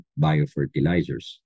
biofertilizers